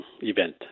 event